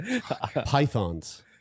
pythons